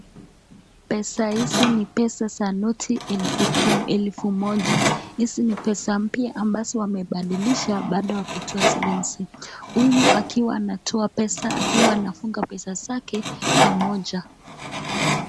Pesa hizi ni pesa za noti elfu kumi elfu mmoja, hizi ni pesa mpya ambazo wamebadilisha baada ya kutoa zile mzee huyu akiwa anatoa pesa akiwa anafunga pesa zake pamoja.